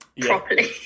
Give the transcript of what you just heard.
properly